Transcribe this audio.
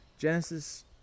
Genesis